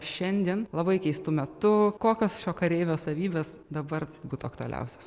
šiandien labai keistu metu kokios šio kareivio savybės dabar būtų aktualiausios